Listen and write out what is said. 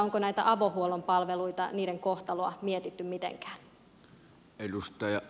onko näitä avohuollon palveluita niiden kohtaloa mietitty mitenkään